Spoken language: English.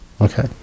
okay